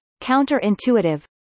counter-intuitive